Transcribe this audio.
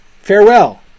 Farewell